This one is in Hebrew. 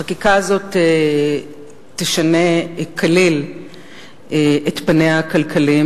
החקיקה הזאת תשנה כליל את פניה הכלכליים